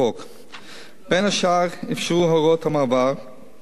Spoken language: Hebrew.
בין השאר אפשרו הוראות המעבר למי שהחזיק